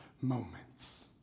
moments